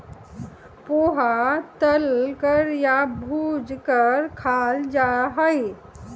पोहा तल कर या भूज कर खाल जा हई